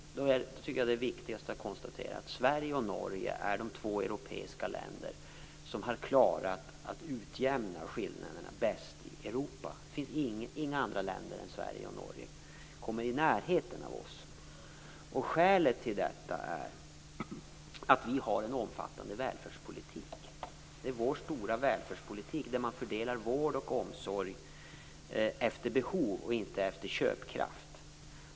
Jag tycker att det är viktigast att konstatera att Sverige och Norge är de två europeiska länder som har klarat att utjämna skillnaderna bäst i Europa. Inga andra länder kommer i närheten av oss. Skälet till detta är att vi har en omfattande välfärdspolitik där vi fördelar vård och omsorg efter behov och inte efter köpkraft.